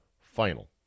final